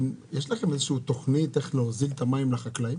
יש לכם איזושהי תוכנית איך להוזיל את המים לחקלאים?